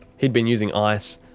he'd been using ice,